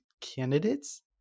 Candidates